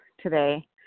today